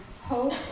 hope